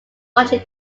largely